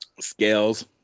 Scales